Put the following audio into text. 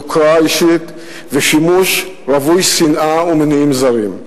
יוקרה אישית ושימוש רווי שנאה ומניעים זרים.